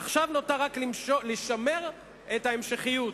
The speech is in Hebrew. עכשיו נותר רק לשמר את ההמשכיות.